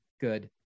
good